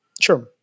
Sure